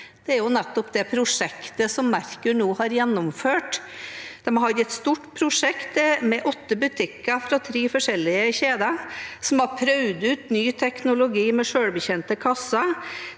Dette er nettopp det prosjektet som Merkur nå har gjennomført. De har et stort prosjekt med åtte butikker fra tre forskjellige kjeder som har prøvd ut ny teknologi med selvbetjente kasser,